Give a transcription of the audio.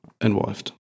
involved